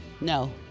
No